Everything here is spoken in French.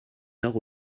nord